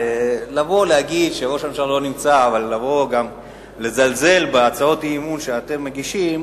לבוא ולהגיד שראש הממשלה לא נמצא ולזלזל בהצעות האי-אמון שאתם מגישים,